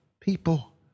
people